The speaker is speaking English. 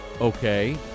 Okay